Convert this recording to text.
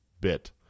bit